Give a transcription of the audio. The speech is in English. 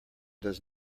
does